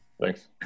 thanks